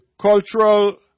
cultural